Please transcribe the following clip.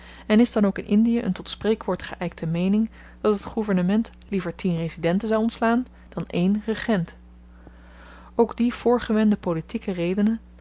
en t is dan ook in indie een tot spreekwoord geykte meening dat het gouvernement liever tien residenten zou ontslaan dan één regent ook die voorgewende politieke redenen als